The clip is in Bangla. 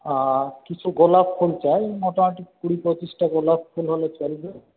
আর কিছু গোলাপ ফুল চাই মোটামুটি কুড়ি পঁচিশটা গোলাপ ফুল হলে চলবে